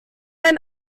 ein